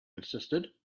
insisted